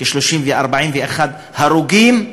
כ-30 ו-41 הרוגים.